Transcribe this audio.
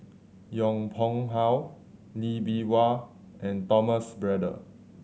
Yong Pung How Lee Bee Wah and Thomas Braddell